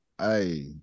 Hey